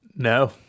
No